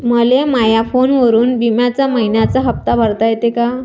मले माया फोनवरून बिम्याचा मइन्याचा हप्ता भरता येते का?